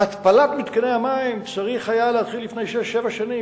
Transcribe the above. התפלת המים היה צריך להתחיל לפני שש-שבע שנים,